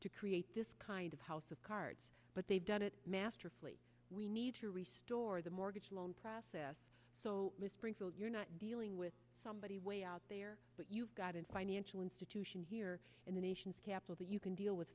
to create this kind of house of cards but they've done it masterfully we need to re store the mortgage loan process so springfield you're not dealing with somebody way out there but you've got an financial institution here in the nation's capital that you can deal with